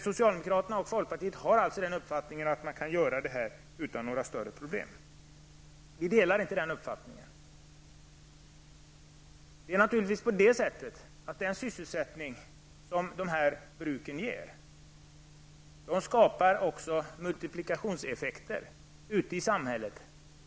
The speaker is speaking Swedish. Socialdemokraterna och folkpartiet har uppfattningen att man kan göra detta utan några större problem. Vi delar inte den uppfattningen. Man måste också räkna med att den sysselsättning som bruken ger också skapar multiplikationseffekter ute i samhället.